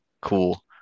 cool